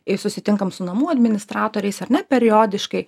jei susitinkam su namų administratoriais ar ne periodiškai